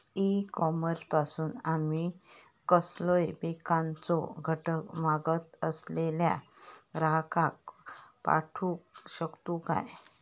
E commerce पासून आमी कसलोय पिकाचो घटक मागत असलेल्या ग्राहकाक पाठउक शकतू काय?